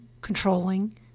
controlling